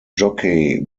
jockey